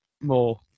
more